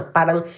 Parang